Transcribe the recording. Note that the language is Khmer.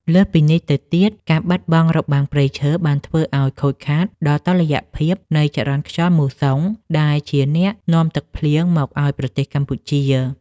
លើសពីនេះទៅទៀត ការបាត់បង់របាំងព្រៃឈើបានធ្វើឱ្យខូចខាតដល់តុល្យភាពនៃចរន្តខ្យល់មូសុង ដែលជាអ្នកនាំទឹកភ្លៀងមកឱ្យប្រទេសកម្ពុជា។